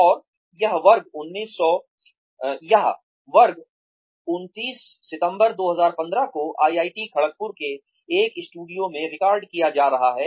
और यह वर्ग 29 सितंबर 2015 को IIT खड़गपुर के एक स्टूडियो में रिकॉर्ड किया जा रहा है